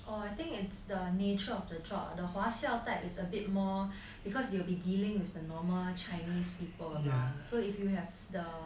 I think it's the nature of the job the 华校 type is a bit more because you will be dealing with the normal chinese people around so if you have the